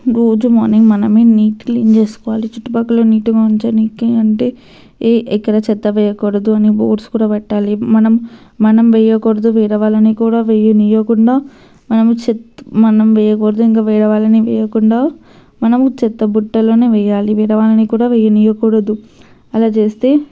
రోజు మార్నింగ్ మనమే neat clean చేసుకోలి చుట్టుపక్కల నీట్గా ఉంచనీకీ ఎట్లా అంటే ఎ ఎక్కడ చెత్త వేయకూడదు అని బోర్డ్స్ కూడా పెట్టాలి మనం మనం వేయకూడదు వేరే వాళ్ళని కూడా వెయ్యనీయకుండా మనము చెత్త మనం వేయకూడదు ఇంకా వేరే వాళ్ళని వెయ్యకుండా మనము చెత్త బుట్టలోనే వేయాలి వేరే వాళ్ళని కూడా వెయ్యనియకూడదు అలా చేస్తే